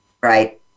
right